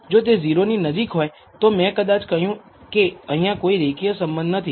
જો તે 0 ની નજીક હોય તો મેં કદાચ કહ્યું હોય કે અહીંયા કોઈ રેખીય સંબંધ નથી